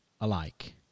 alike